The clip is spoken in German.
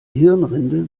hirnrinde